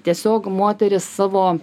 tiesiog moterys savo